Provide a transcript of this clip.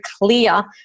clear